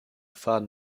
faden